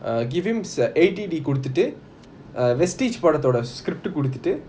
err give him s~ A_D_D குடுத்துட்டு:kuduthutu err vestige படத்தோட:padathoda script குடுத்துட்டு:kuduthutu